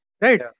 right